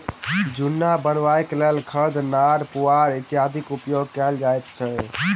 जुन्ना बनयबाक लेल खढ़, नार, पुआर इत्यादिक उपयोग कयल जाइत अछि